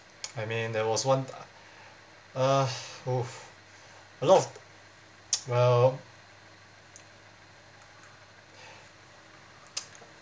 I mean there was one uh uh !oof! a lot of well